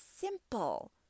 simple